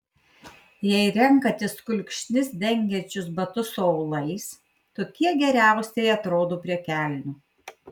jei renkatės kulkšnis dengiančius batus su aulais tokie geriausiai atrodo prie kelnių